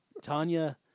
Tanya